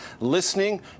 listening